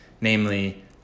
Namely